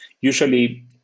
Usually